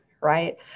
right